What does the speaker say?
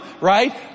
right